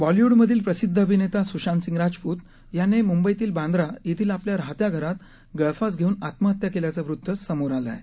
बॉलिवूडमधील प्रसिद्ध अभिनेता सुशांत सिंग राजपूत याने मुंबईतील बांद्रा येथील आपल्या राहत्या घरात गळफास घेऊन आत्महत्या केल्याचं वृत्त समोर आलं आहे